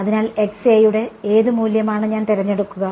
അതിനാൽ ന്റെ ഏതു മൂല്യമാണ് ഞാൻ തിരഞ്ഞെടുക്കുക